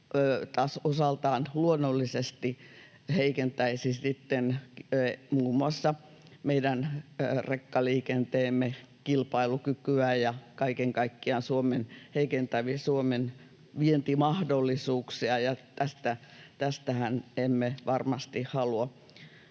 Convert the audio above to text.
taas osaltaan luonnollisesti heikentäisi muun muassa meidän rekkaliikenteemme kilpailukykyä ja kaiken kaikkiaan heikentäisi Suomen vientimahdollisuuksia. Ja tässähän emme varmasti halua